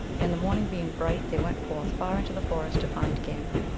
and the morning being bright, they went forth far into the forest to find game.